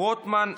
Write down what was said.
שמחה רוטמן,